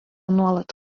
nuolat